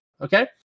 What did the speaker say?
okay